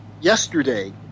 yesterday